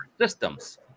systems